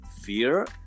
fear